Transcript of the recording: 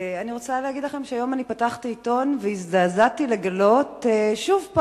אני רוצה להגיד לכם שהיום פתחתי עיתון והזדעזעתי לגלות שוב,